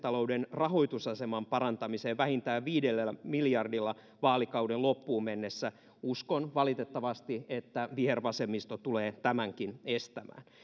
talouden rahoitusaseman parantamiseen vähintään viidellä miljardilla vaalikauden loppuun mennessä uskon valitettavasti että vihervasemmisto tulee tämänkin estämään